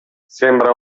sembra